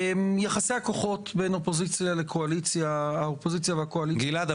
יחסי הכוחות בין אופוזיציה לקואליציה --- גלעד,